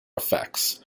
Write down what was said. effects